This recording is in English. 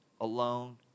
alone